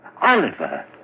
Oliver